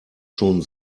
schon